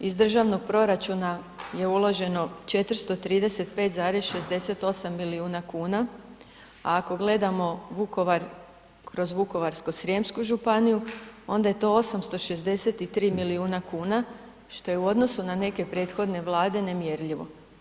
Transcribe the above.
Iz državnog proračuna je uloženo 435,68 milijuna kuna, a ako gledamo Vukovar kroz Vukovarsko-srijemsku županiju onda je to 863 miliona kuna što je u odnosu na neke prethodne vlade nemjerljivo.